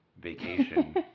Vacation